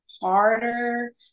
harder